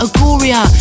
Agoria